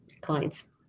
clients